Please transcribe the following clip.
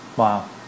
Wow